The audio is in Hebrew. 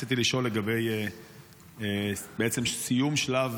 רציתי לשאול לגבי סיום שלב